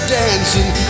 dancing